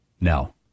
No